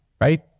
right